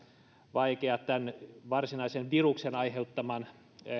vaikea näiden varsinaisten viruksen aiheuttamien